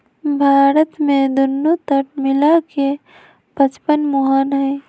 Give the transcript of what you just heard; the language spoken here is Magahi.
भारत में दुन्नो तट मिला के पचपन मुहान हई